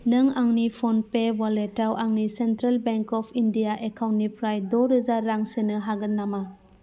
नों आंनि फनपे अवालेटाव आंनि सेन्ट्रेल बेंक अफ इन्डिया एकाउन्टनिफ्राय द' रोजा रां सोनो हागोन नामा